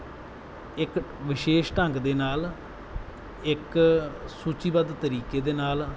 ਇੱਕ ਵਿਸ਼ੇਸ਼ ਢੰਗ ਦੇ ਨਾਲ ਇੱਕ ਸੂਚੀਬੱਧ ਤਰੀਕੇ ਦੇ ਨਾਲ